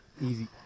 easy